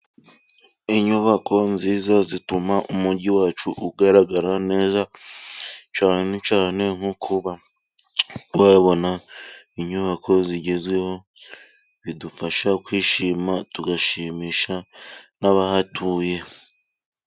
Inyubako nziza zituma umujyi wacu ugaragara neza cyane cyane nko kuba wabona inyubako zigezweho, bidufasha kwishima, tugashimisha n'abahatuye.